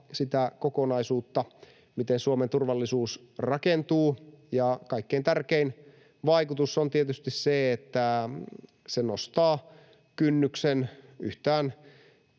sitä kokonaisuutta, miten Suomen turvallisuus rakentuu. Ja kaikkein tärkein vaikutus on tietysti se, että se nostaa kynnyksen yhtään